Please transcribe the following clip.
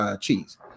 cheese